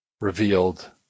revealed